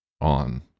on